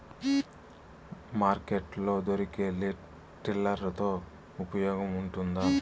Market లో దొరికే tiller తో ఉపయోగం ఉంటుందా?